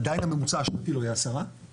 עדיין הממוצע השנתי לא יהיה 10%